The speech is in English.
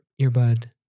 earbud